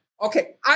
Okay